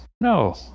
no